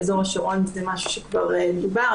באזור השרון זה משהו שכבר דובר,